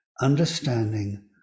understanding